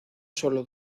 solo